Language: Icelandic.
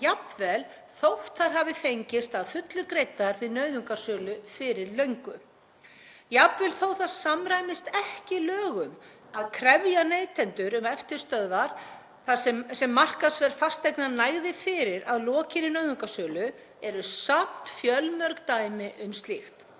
þótt þær hafi fengist að fullu greiddar við nauðungarsölu fyrir löngu. Jafnvel þó að það samræmist ekki lögum að krefja neytendur um eftirstöðvar sem markaðsverð fasteignar nægði fyrir að lokinni nauðungarsölu eru samt fjölmörg dæmi um slíkt.